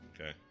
Okay